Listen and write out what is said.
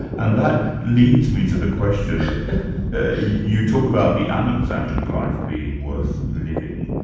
and that leads me to the question you talk about the unexamined life being worth living.